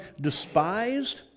despised